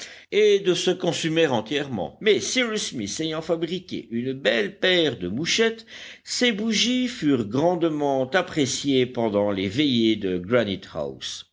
et de se consumer entièrement mais cyrus smith ayant fabriqué une belle paire de mouchettes ces bougies furent grandement appréciées pendant les veillées de